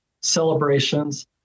celebrations